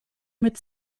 mit